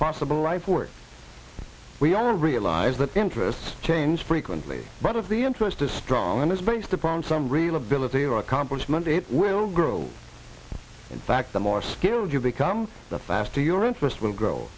possible life work we all realize that interests change frequently but of the interest is strong and is based upon some real ability or accomplishment it will grow in fact the more skilled you become the faster your interest will grow